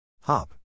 Hop